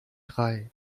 drei